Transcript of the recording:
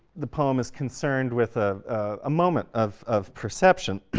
the poem is concerned with a ah moment of of perception.